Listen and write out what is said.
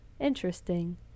interesting